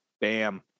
Bam